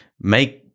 make